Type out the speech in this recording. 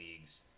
leagues